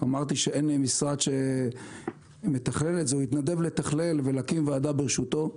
אמרתי שאין משרד שמתכלל את זה הוא התנדב לתכלל ולהקים ועדה בראשותו.